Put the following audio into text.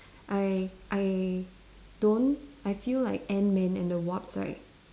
I I don't I feel like ant man and the wasp right